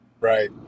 Right